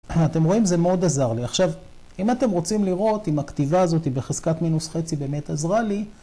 אתם רואים זה מאוד עזר לי, עכשיו אם אתם רוצים לראות אם הכתיבה הזאת בחזקת מינוס חצי באמת עזרה לי